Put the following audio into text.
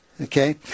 okay